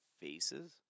faces